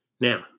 Now